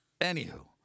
Anywho